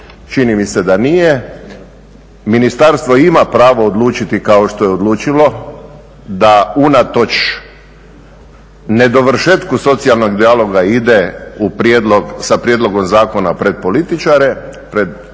Čini mi se da nije. Ministarstvo ima pravo odlučiti kao što je odlučilo da unatoč nedovršetku socijalnog dijaloga ide sa prijedlogom zakona pred političare, pred saborske